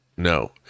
No